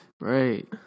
Right